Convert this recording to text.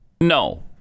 No